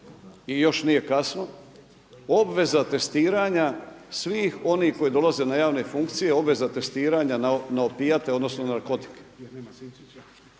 i još nije kasno, obveza testiranja svih onih koji dolaze na javne funkcije obveza testiranja na opijate odnosno narkotike?